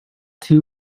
too